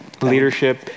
Leadership